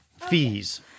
fees